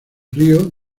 río